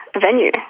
venue